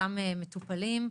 אותם מטופלים,